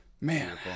Man